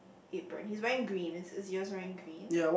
apron he's wearing green is is yours wearing green